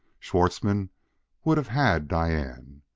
schwartzmann would have had diane.